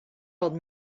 old